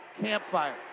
campfire